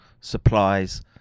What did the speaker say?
supplies